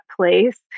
place